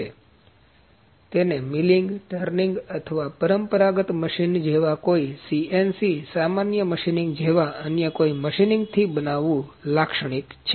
તેથી તેને milling turning અથવા પરંપરાગત મશીન જેવા બીજા કોઈ સીએનસી સામાન્ય મશીનિંગ જેવા અન્ય કોઇ મશીનિંગથી બનાવવાનું લાક્ષણિક છે